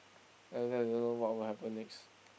and then don't know what will happen next